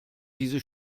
diese